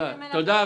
תודה,